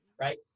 right